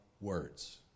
words